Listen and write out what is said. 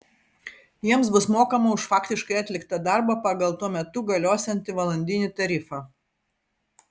jiems bus mokama už faktiškai atliktą darbą pagal tuo metu galiosiantį valandinį tarifą